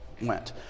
went